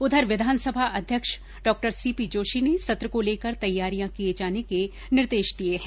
उधर विधानसभा अध्यक्ष डॉ सी पी जोशी ने सत्र को लेकर तैयारियां किये जाने के निर्देश दिये हैं